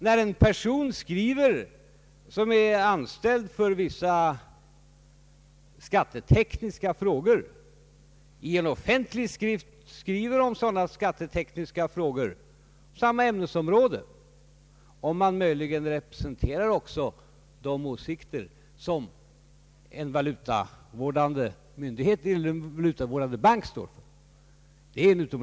När en person, som är anställd för vissa skattetekniska frågor, skriver i en offentlig skrift om sådana skattetekniska frågor, är det en intressant upplysning om han möjligen också representerar de åsikter som en valutavårdande bank står för.